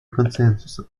консенсуса